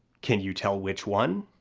can you tell which one?